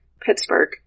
Pittsburgh